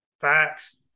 Facts